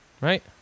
right